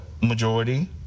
majority